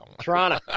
Toronto